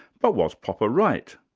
but was popper right?